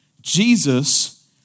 Jesus